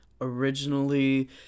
originally